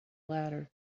latter